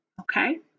okay